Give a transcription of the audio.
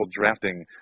drafting